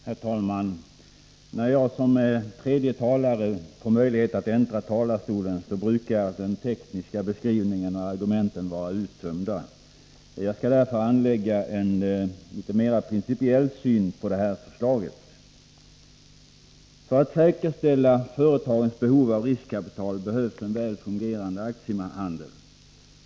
Herr talman! När man som tredje talare får möjlighet att äntra talarstolen brukar den tekniska beskrivningen av argumenten vara uttömd. Jag skall därför anlägga en mera principiell synpunkt på detta förslag. För att säkerställa företagens behov av riskkapital behövs en väl fungerande aktiehandel.